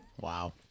Wow